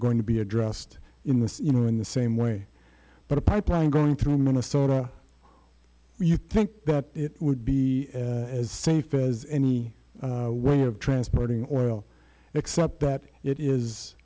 going to be addressed in this you know in the same way but a pipeline going through minnesota you think it would be as safe as any one of transporting oil except that it is